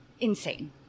insane